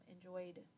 enjoyed